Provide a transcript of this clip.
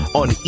on